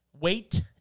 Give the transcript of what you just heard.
Wait